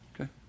Okay